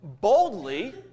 boldly